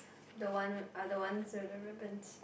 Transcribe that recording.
the other with other one with the ribbons